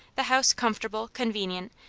the house comfortable, convenient,